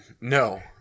no